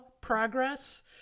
progress